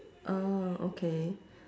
orh okay